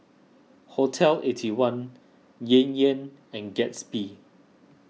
Hotel Eighty One Yan Yan and Gatsby